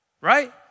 Right